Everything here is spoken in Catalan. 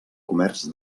comerç